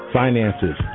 finances